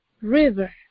river